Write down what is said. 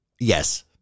Yes